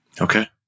Okay